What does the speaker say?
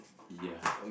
ya